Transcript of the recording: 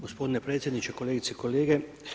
Gospodine predsjedniče, kolegice i kolege.